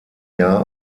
jahr